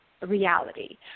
reality